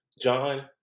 john